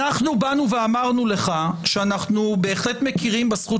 באנו ואמרנו לך שאנחנו בהחלט מכירים בזכות